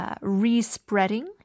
re-spreading